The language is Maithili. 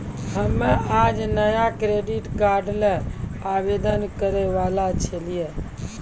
हम्मे आज नया क्रेडिट कार्ड ल आवेदन करै वाला छियौन